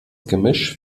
gemisch